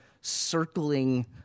circling